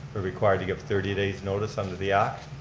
we're required to give thirty days notice under the act.